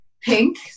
pink